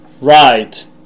right